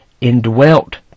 indwelt